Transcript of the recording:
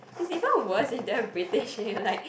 it's even worse if they are British and you're like